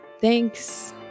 thanks